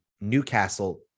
Newcastle